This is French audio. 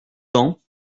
temps